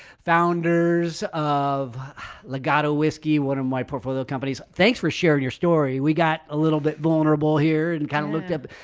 founders of legato whiskey, one of my portfolio companies. thanks for sharing your story. we got a little bit vulnerable here and kind of looked up,